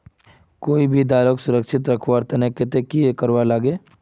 कोई भी दालोक सुरक्षित रखवार केते की करवार लगे?